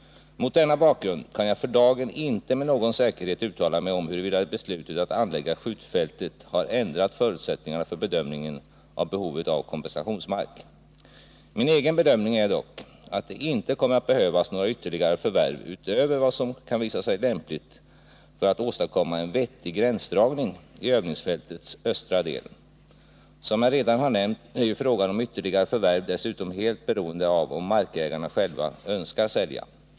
Mot denna bakgrund kan jag för dagen inte med någon säkerhet uttala mig om huruvida beslutet att anlägga skjutfältet har ändrat förutsättningarna för bedömningen av behovet av kompensationsmark. Min egen bedömning är dock att det inte kommer att behövas några ytterligare förvärv utöver vad som kan visa sig lämpligt för att åstadkomma en vettig gränsdragning i övningsfältets östra del. Som jag redan har nämnt är ju frågan om ytterligare förvärv dessutom helt beroende av om markägarna själva önskar sälja.